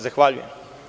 Zahvaljujem.